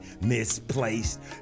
misplaced